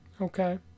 Okay